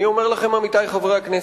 אני אומר לכם, עמיתי חברי הכנסת,